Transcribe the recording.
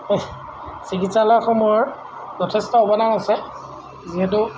চিকিৎসালয়সমূহৰ যথেষ্ট অৱদান আছে যিহেতু